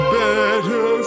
better